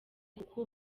kuko